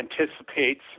anticipates